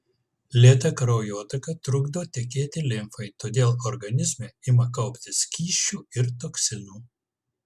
lėta kraujotaka trukdo tekėti limfai todėl organizme ima kauptis skysčių ir toksinų